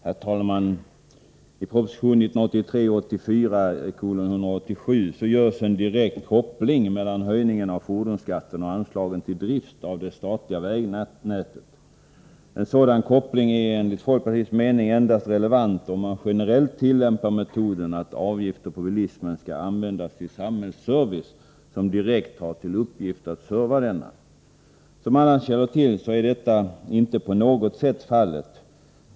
Herr talman! I proposition 1983/84:178 görs en direkt koppling mellan höjningarna av fordonsskatten och anslagen till drift av det statliga vägnätet. En sådan koppling är enligt folkpartiets mening relevant endast om man generellt tillämpar metoden att avgifter på bilismen skall användas till samhällsservice som direkt har till uppgift att serva denna. Som alla känner till är detta inte på något sätt fallet.